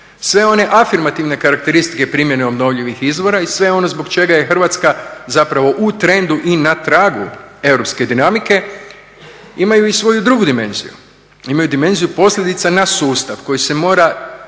Sve one afirmativne karakteristike primjene obnovljivih izvora i sve ono zbog čega je Hrvatska zapravo u trendu i na tragu europske dinamike, imaju i svoju drugu dimenziju, imaju dimenziju posljedica na sustav koji se mora